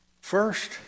First